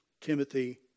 Timothy